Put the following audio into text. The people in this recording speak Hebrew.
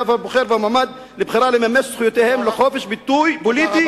הבוחר והמועמד לבחירה לממש זכויותיהם לחופש ביטוי פוליטי"